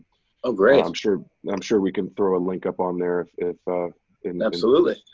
oh, great. i'm sure i'm sure we can throw a link up on there if if absolutely.